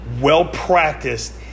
well-practiced